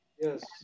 yes